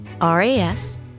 R-A-S